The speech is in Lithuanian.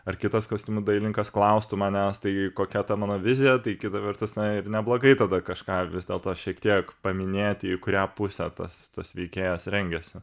ar kitas kostiumų dailininkas klaustų manęs taigi kokia ta mano vizija tai kitą vertus na ir neblogai tada kažką vis dėlto šiek tiek paminėti į kurią pusę tas tas veikėjas rengiasi